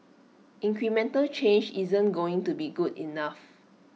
incremental change isn't going to be good enough